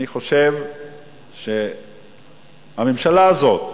אני חושב שהממשלה הזאת,